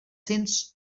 cents